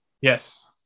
Yes